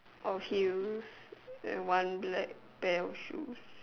of heels and one black pair of shoes